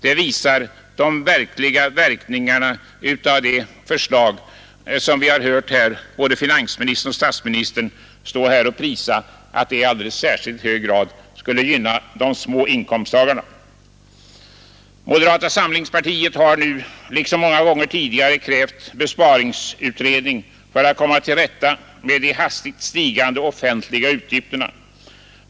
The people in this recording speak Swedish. Detta visar verkningarna av det förslag som vi har hört både statsministern och finansministern stå här och prisa för att det i alldeles särskilt hög grad gynnar de små inkomsttagarna. Moderata samlingspartiet har nu som så många gånger tidigare krävt tillsättandet av en besparingsutredning för att komma till rätta med de hastigt stigande offentliga utgifterna.